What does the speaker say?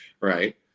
right